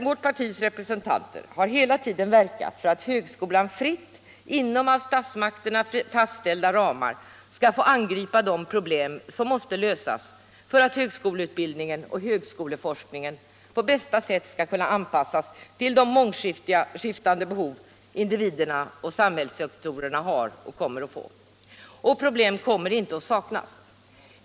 Vårt partis representanter har hela tiden verkat för att högskolan fritt, inom av statsmakterna fastställda ramar, skall få angripa de problem som måste lösas för att högskoleutbildningen och högskoleforskningen på bästa sätt skall kunna anpassas till de mångskiftande behov som individerna och samhällssektorerna har och kan komma att få. Och problem kommer inte att saknas.